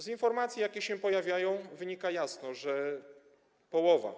Z informacji, jakie się pojawiają, wynika jasno, że połowa.